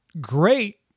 great